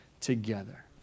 together